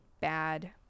bad